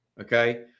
Okay